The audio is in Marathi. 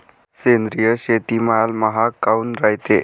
सेंद्रिय शेतीमाल महाग काऊन रायते?